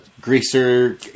greaser